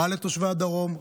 רע לתושבי הדרום,